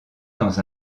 dans